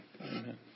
amen